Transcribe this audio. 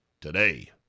today